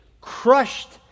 crushed